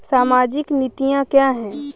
सामाजिक नीतियाँ क्या हैं?